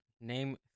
name